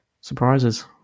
surprises